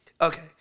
Okay